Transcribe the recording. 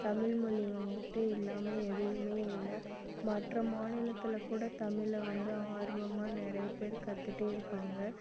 தமிழ்மொழிய வந்துட்டு இல்லாமல் எதுவுமே இல்லை மற்ற மாநிலத்தில் கூட தமிழ் வந்து ஆர்வமாக நிறைய பேர் கத்துகிட்டே இருக்காங்க